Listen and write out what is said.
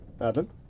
Adam